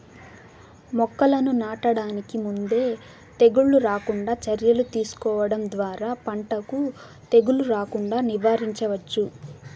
మొక్కలను నాటడానికి ముందే తెగుళ్ళు రాకుండా చర్యలు తీసుకోవడం ద్వారా పంటకు తెగులు రాకుండా నివారించవచ్చు